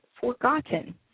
forgotten